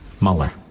Mueller